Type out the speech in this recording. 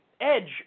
edge